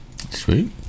Sweet